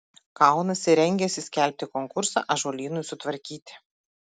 kaunasi rengiasi skelbti konkursą ąžuolynui sutvarkyti